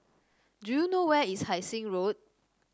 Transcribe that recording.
do you know where is Hai Sing Road